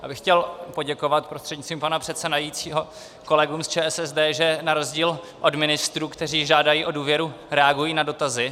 Já bych chtěl poděkovat prostřednictvím pana předsedajícího kolegům z ČSSD, že na rozdíl od ministrů, kteří žádají o důvěru, reagují na dotazy.